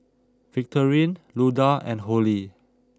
Victorine Luda and Holly